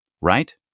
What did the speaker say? right